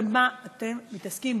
במה אתם מתעסקים?